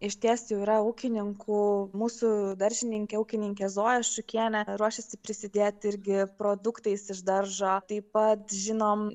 iš ties jau yra ūkininkų mūsų daržininkė ūkininkė zoja šukienė ruošiasi prisidėti irgi produktais iš daržo taip pat žinom